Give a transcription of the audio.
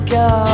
go